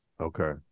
Okay